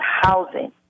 housing